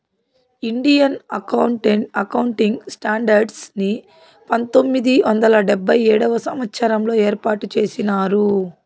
Indian accounting standards ని పంతొమ్మిది వందల డెబ్భై ఏడవ సంవచ్చరంలో ఏర్పాటు చేసినారు